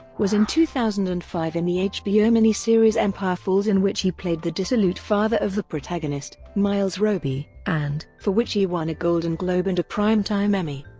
was in two thousand and five in the hbo mini-series empire falls in which he played the dissolute father of the protagonist, miles roby, and for which he won a golden globe and a primetime emmy.